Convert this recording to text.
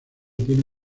tiene